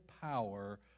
power